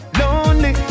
lonely